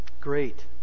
Great